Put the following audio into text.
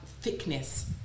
thickness